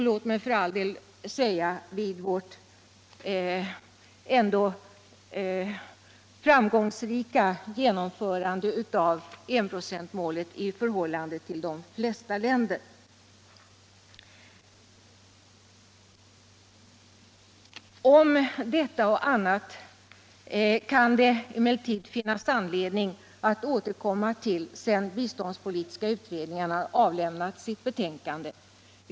Låt mig för all del också nämna vårt i förhållande till de flesta länder framgångsrika genomförandet av enprocentsmålet. | Detta och annat kan det emellertid finnas anledning att återkomma till sedan biståndspolitiska utredningarna avlämnat sitt betänkande.